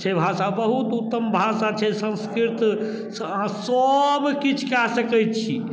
छै भाषा बहुत उत्तम भाषा छै संस्कृत अहाँ सभ किछु कए सकै छी